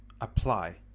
apply